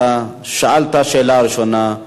אתה שאלת שאלה ראשונה,